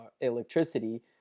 electricity